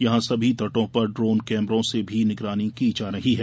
यहां सभी तटों पर ड्रोन कैमरों से भी निगरानी की जा रही है